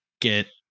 get